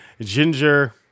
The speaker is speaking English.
Ginger